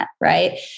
right